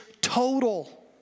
total